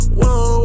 whoa